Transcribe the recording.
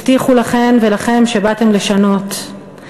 הבטיחו לכן ולכם שבאתם לשנות,